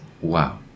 Wow